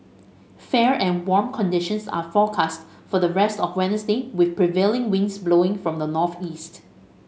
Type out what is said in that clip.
fair and warm conditions are forecast for the rest of Wednesday with prevailing winds blowing from the northeast